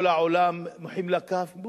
וכל העולם מוחאים לה כף,